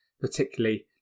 particularly